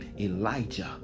Elijah